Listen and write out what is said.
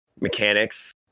mechanics